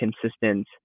consistent